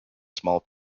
small